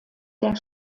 der